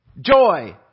joy